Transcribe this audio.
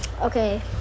Okay